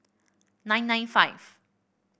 nine nine five